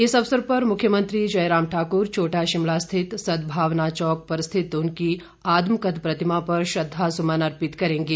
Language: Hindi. इस अवसर पर मुख्यमंत्री जयराम ठाक्र छोटा शिमला स्थित सदभावना चौक पर स्थित उनकी आदमकद प्रतिमा पर श्रद्धा सुमन अर्पित करेंगे